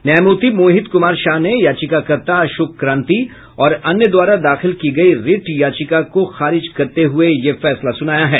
न्यायमूर्ति मोहित कुमार शाह ने याचिकाकर्ता अशोक क्रांति और अन्य द्वारा दाखिल की गयी रिट याचिका को खारिज करते हुये यह फैसला सुनाया है